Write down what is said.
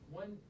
one